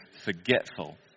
forgetful